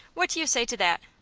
what do you say to that?